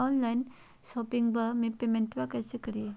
Online शोपिंगबा में पेमेंटबा कैसे करिए?